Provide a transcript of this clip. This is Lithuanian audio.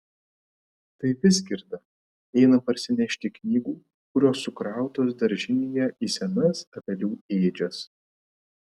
tai vizgirda eina parsinešti knygų kurios sukrautos daržinėje į senas avelių ėdžias